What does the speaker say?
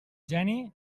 geni